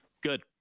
Good